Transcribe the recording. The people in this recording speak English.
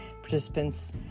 Participants